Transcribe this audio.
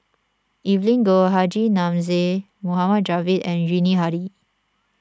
Evelyn Goh Haji Namazie Mohd Javad and Yuni Hadi